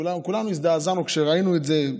כולנו הזדעזענו כשראינו את זה,